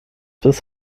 bis